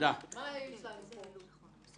מה יש לנו פה?